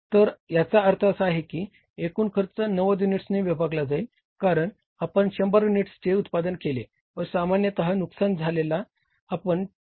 तर याचा अर्थ असा आहे की एकूण खर्च 90 युनिट्सने विभागला जाईल कारण आपण 100 युनिट्सचे उत्पादन केले व सामान्य नुकसान ज्याला आपण टी